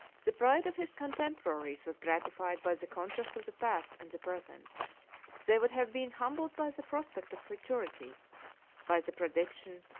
the pride of his contemporaries was gratified by the contrast of the past and the present they would have been humbled by the prospect of futurity by the prediction,